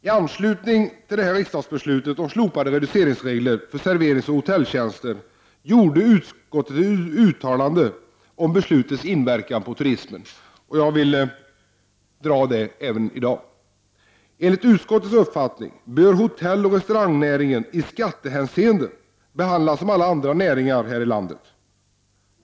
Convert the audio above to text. I anslutning till riksdagsbeslutet om slopade reduceringsregler för serveringsoch hotelltjänster gjorde utskottet följande uttalande om beslutets inverkan på turismen: ”Enligt utskottets uppfattning bör hotelloch restaurangnäringen i skattehänseende behandlas som alla andra näringar här i landet.